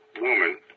woman